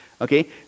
Okay